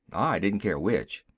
i didn't care which.